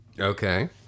okay